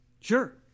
Sure